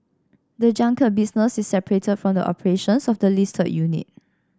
the junket business is separate from the operations of the listed unit